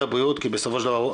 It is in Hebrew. כי בסופו של דבר,